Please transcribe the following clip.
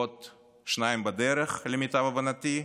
ועוד שניים בדרך למיטב הבנתי,